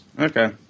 Okay